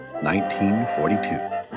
1942